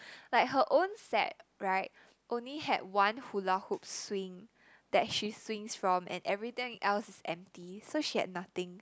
like her own set right only had one hula-hoop swing that she swings from and everything else is empty so she had nothing